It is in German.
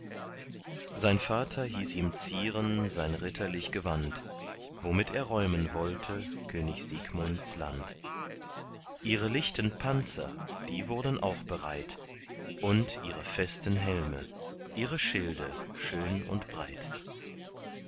sein vater hieß ihm zieren sein ritterlich gewand womit er räumen wollte könig siegmunds land ihre lichten panzer die wurden auch bereit und ihre festen helme ihre schilde schön und breit